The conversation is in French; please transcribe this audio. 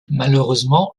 malheureusement